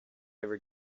ever